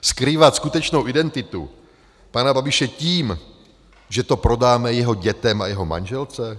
Skrývat skutečnou identitu pana Babiše tím, že to prodáme jeho dětem a jeho manželce?